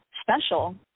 special